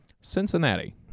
Cincinnati